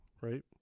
Right